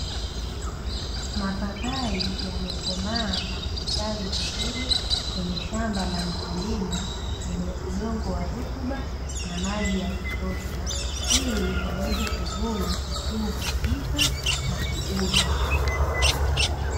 Mapapai yamekomaa na kustawai vizuri kwenye shamba la mkulima lenye udongo wa rutuba na maji ya kutosha, ili yaweze kuvunwa msimu husika na kuuzwa.